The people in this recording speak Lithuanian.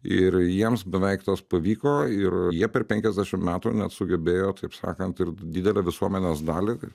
ir jiems beveik tas pavyko ir jie per penkiasdešimt metų net sugebėjo taip sakant ir didelę visuomenės dalį